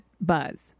buzz